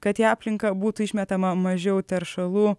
kad į aplinką būtų išmetama mažiau teršalų